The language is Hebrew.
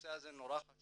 שהנושא הזה מאוד חשוב